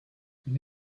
une